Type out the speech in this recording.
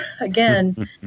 again